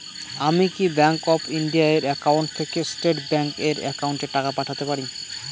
আমি কি bank of India এর একাউন্ট থেকে স্টেট ব্যাংক এর একাউন্টে টাকা পাঠাতে পারি?